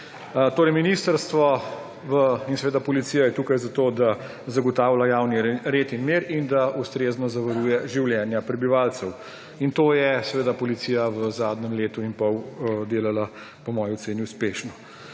dogaja. Ministrstvo in seveda policija je tukaj zato, da zagotavlja javni red in mir in da ustrezno zavaruje življenja prebivalcev, in to je seveda policija v zadnjem letu in pol po moji oceni delala uspešno.